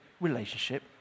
relationship